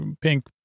pink